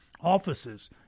offices